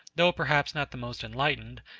though perhaps not the most enlightened,